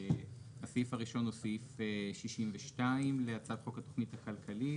הסעיף הראשון הוא סעיף 62 להצעת חוק התוכנית הכלכלית,